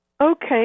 Okay